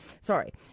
Sorry